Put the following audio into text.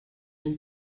ont